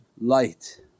light